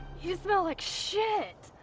you smell like shit